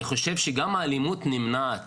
אני חושב שגם האלימות נמנעת